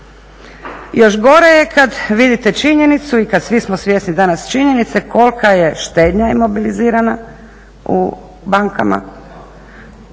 Još gore je kad vidite činjenicu i kad svi smo svjesni danas činjenice kolika je štednja imobilizirana u bankama,